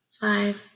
five